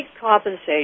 compensation